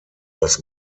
das